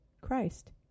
Christ